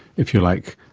if you like,